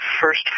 first